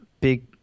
big